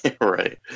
right